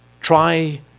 try